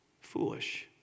Foolish